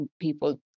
people